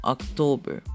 October